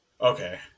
Okay